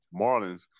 Marlins